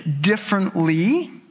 differently